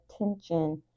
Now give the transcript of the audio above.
attention